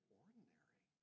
ordinary